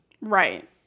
Right